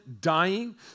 dying